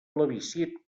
plebiscit